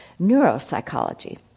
neuropsychology